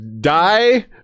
die